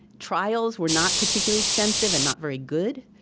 trials were not particularly extensive and not very good.